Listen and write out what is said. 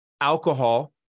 alcohol